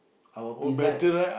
our pizza is